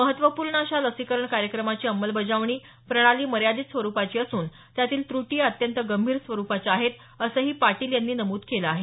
महत्त्वपूर्ण अशा लसीकरण कार्यक्रमाची अंमलबजावणी प्रणाली मर्यादित स्वरूपाची असून त्यातील त्रटी या अत्यंत गंभीर स्वरूपाच्या आहेत असंही पाटील यांनी नमूद केलं आहे